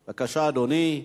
בבקשה, אדוני.